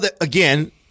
again